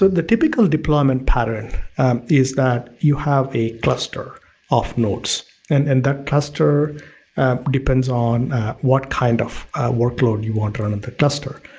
the typical deployment pattern is that, you have a cluster of nodes, and and that cluster depends on what kind of workload you want on that cluster.